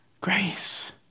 grace